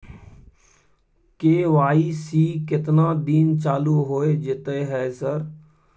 KYC केतना दिन चालू होय जेतै है सर?